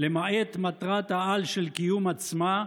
למעט מטרת-העל של קיום עצמה,